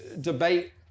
debate-